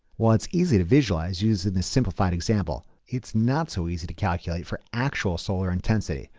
well, it's easy to visualize using this simplified example. it's not so easy to calculate for actual solar intensity,